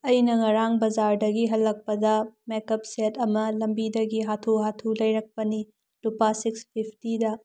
ꯑꯩꯅ ꯉꯔꯥꯡ ꯕꯖꯥꯔꯗꯒꯤ ꯍꯂꯛꯄꯗ ꯃꯦꯀꯞ ꯁꯦꯠ ꯑꯃ ꯂꯝꯕꯤꯗꯒꯤ ꯍꯥꯊꯨ ꯍꯥꯊꯨ ꯂꯩꯔꯛꯄꯅꯤ ꯂꯨꯄꯥ ꯁꯤꯛꯁ ꯐꯤꯞꯇꯤꯗ